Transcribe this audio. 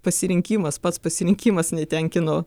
pasirinkimas pats pasirinkimas netenkino